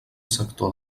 sector